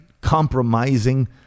compromising